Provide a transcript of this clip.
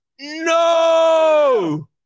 No